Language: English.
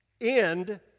end